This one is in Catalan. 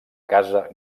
casa